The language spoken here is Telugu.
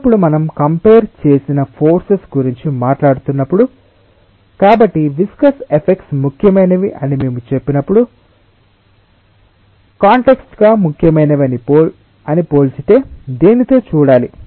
ఎల్లప్పుడూ మనం కంపెర్ చేసిన ఫోర్సెస్ గురించి మాట్లాడుతున్నప్పుడు కాబట్టి విస్కస్ ఎఫెక్ట్స్ ముఖ్యమైనవి అని మేము చెప్పినప్పుడు కాన్టెక్స్ట్ గా ముఖ్యమైనవి అని పోల్చితే దేనితో చూడాలి